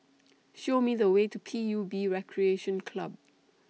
Show Me The Way to P U B Recreation Club